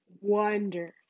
Wonders